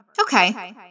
Okay